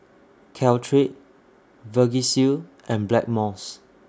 Caltrate Vagisil and Blackmores